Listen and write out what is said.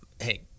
Hey